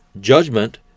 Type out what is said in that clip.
judgment